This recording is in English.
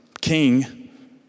King